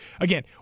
again